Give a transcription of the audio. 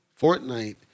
Fortnite